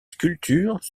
sculptures